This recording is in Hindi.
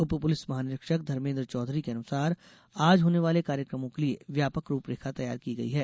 उप पुलिस महानिरीक्षक धर्मेन्द्र चौधरी के अनुसार आज होने वाले कार्यक्रमों के लिये व्यापक रूपरेखा तैयार की गयी है